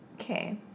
okay